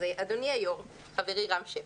אדוני היושב-ראש, חברי רם שפע,